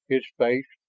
his face,